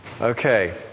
Okay